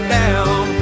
down